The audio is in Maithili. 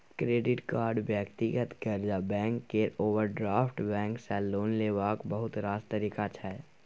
क्रेडिट कार्ड, व्यक्तिगत कर्जा, बैंक केर ओवरड्राफ्ट बैंक सँ लोन लेबाक बहुत रास तरीका छै